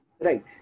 Right